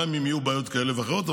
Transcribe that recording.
גם אם יהיו בעיות כאלה ואחרות.